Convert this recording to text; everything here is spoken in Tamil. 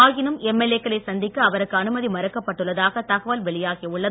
ஆயினும் எம்எல்ஏக்களை சந்திக்க அவருக்கு அனுமதி மறுக்கப்பட்டுள்ளதாக தகவல் வெளியாகி உள்ளது